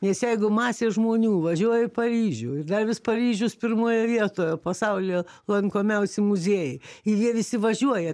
nes jeigu masė žmonių važiuoja į paryžių ir dar vis paryžius pirmoje vietoje pasaulyje lankomiausi muziejai ir jie visi važiuoja